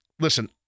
Listen